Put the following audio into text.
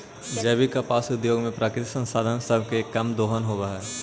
जैविक कपास उद्योग में प्राकृतिक संसाधन सब के कम दोहन होब हई